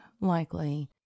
likely